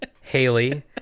Haley